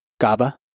GABA